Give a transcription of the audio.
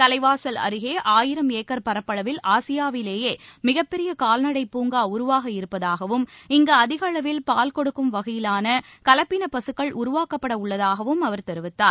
தலைவாசல் அருகே ஆயிரம் ஏக்கர் பரப்பளவில் ஆசியாவிலேயே மிகப்பெரிய கால்நடைப் பூங்கா உருவாக இருப்பதாகவும் இங்கு அதிக அளவில் பால் கொடுக்கும் வகையிலான கலப்பின பசுக்கள் உருவாக்கப்பட உள்ளதாகவும் அவர் தெரிவித்தார்